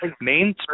main